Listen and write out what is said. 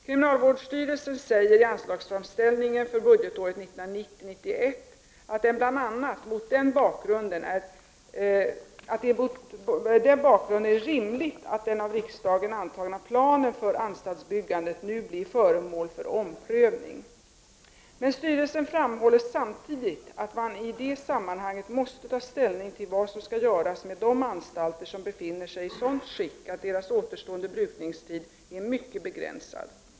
Kriminalvårdsstyrelsen säger i anslagsframställningen för budgetåret 1990/91 att det bl.a. mot den bakgrunden är rimligt att den av riksdagen antagna planen för anstaltsbyggande nu blir föremål för omprövning. Men styrelsen framhåller samtidigt att man i det sammanhanget måste ta ställning till vad som skall göras med de anstalter som befinner sig i sådant skick att deras återstående brukningstid är mycket begränsad.